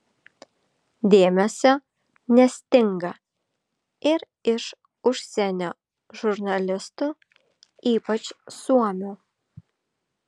dėmesio nestinga ir iš užsienio žurnalistų ypač suomių